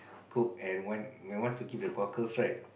cook and when when want to keep the cockles right